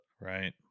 Right